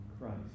Christ